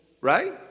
right